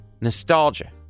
Nostalgia